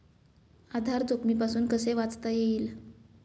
आधार जोखमीपासून कसे वाचता येईल?